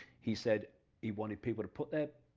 he said he wanted people to put their